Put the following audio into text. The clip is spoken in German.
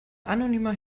anonymer